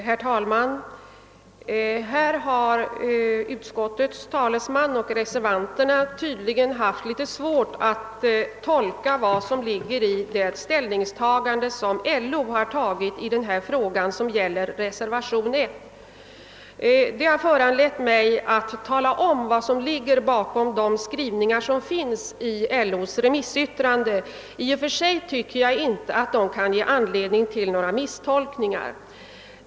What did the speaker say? Herr talman! Utskottets talesman och reservanterna har tydligen haft litet svårt att tolka vad som ligger i det ställningstagande som LO har gjort i denna fråga och som tas upp i reservationen I. Det har föranlett mig att tala om vad som ligger bakom de skrivningar som finns i LO:s remissyttrande — i och för sig tycker jag inte att de kan ge anledning till några misstolkningar.